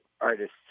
artist's